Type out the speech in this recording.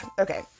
okay